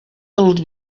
del